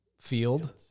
field